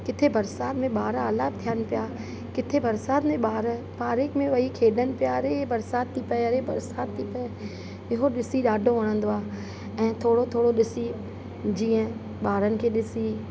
किथे बरसाति में ॿार आला बि थियनि पिया किथे बरसाति में ॿार पार्क में वही खेॾनि पिया रे बरसाति थी पए अड़े बरसाति थी पए इहो ॾिसी ॾाढो वणंदो आहे ऐं थोरो थोरो ॾिसी जीअं ॿारनि खे ॾिसी